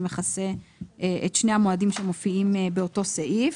מכסה את שני המועדים שמופיעים באותו סעיף.